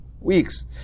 weeks